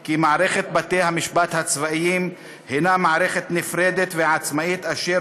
כי מערכת בתי-המשפט הצבאיים הנה מערכת נפרדת ועצמאית אשר